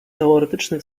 teoretyczny